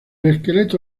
esqueleto